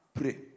Pray